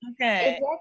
Okay